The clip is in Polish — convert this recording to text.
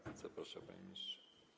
Bardzo proszę, panie ministrze.